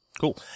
Cool